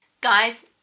Guys